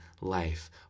life